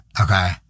Okay